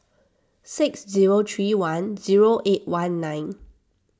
six zero three one zero eight one nine